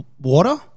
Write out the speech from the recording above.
water